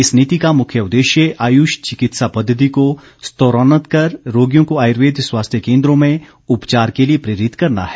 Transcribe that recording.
इस नीति का मुख्य उददेश्य आयुष चिकित्सा पद्धति को स्तरोन्नत कर रोगियों को आयुर्वेद स्वास्थ्य केन्द्रों में उपचार के लिए प्रेरित करना है